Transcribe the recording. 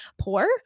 poor